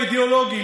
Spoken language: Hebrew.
האידיאולוגי,